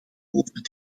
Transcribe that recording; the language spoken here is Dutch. over